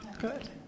Good